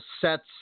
sets